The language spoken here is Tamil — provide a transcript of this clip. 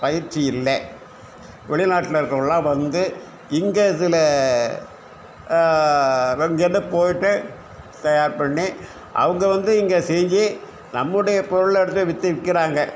பயிற்சி இல்லை வெளிநாட்டில் இருக்கிறவங்களாம் வந்து இங்கே இதில் அதுதான் இங்கேருந்து போயிட்டு தயார் பண்ணி அவங்க வந்து இங்கே செஞ்சு நம்முடைய பொருளை எடுத்து விற்று விற்கிறாங்க